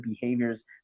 behaviors